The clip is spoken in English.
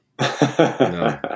No